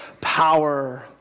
power